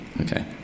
Okay